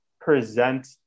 present